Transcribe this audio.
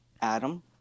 Adam